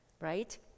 right